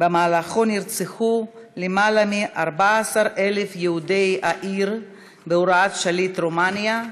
שבמהלכו נרצחו למעלה מ-14,000 יהודי העיר בהוראת שליט רומניה,